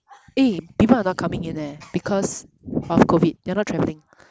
eh people are not coming in eh because of COVID they're not traveling